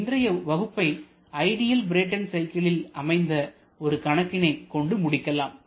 இன்றைய வகுப்பை ideal Brayton சைக்கிளில் அமைந்த ஒரு கணக்கினை கொண்டு முடிக்கலாம்